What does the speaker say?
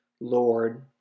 Lord